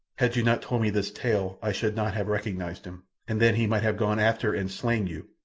had you not told me this tale i should not have recognized him, and then he might have gone after and slain you.